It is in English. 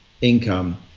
income